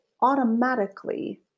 automatically